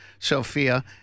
sophia